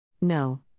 No